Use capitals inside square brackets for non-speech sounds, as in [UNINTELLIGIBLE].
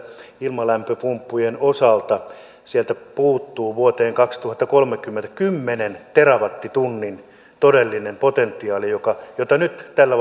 ilmalämpöpumppujen osalta sieltä vuoteen kaksituhattakolmekymmentä puuttuu kymmenen terawattitunnin todellinen potentiaali jota nyt tällä [UNINTELLIGIBLE]